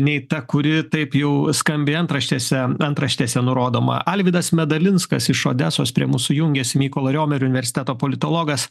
nei ta kuri taip jau skambiai antraštėse antraštėse nurodoma alvydas medalinskas iš odesos prie mūsų jungiasi mykolo riomerio universiteto politologas